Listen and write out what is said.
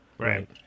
Right